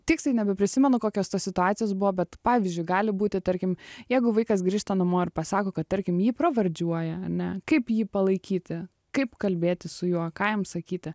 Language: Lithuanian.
tiksliai nebeprisimenu kokios tos situacijos buvo bet pavyzdžiui gali būti tarkim jeigu vaikas grįžta namo ir pasako kad tarkim jį pravardžiuoja ane kaip jį palaikyti kaip kalbėti su juo ką jam sakyti